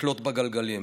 מקלות בגלגלים,